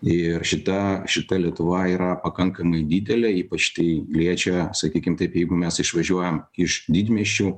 ir šita šita lietuva yra pakankamai didelė ypač tai liečia sakykim taip jeigu mes išvažiuojam iš didmiesčių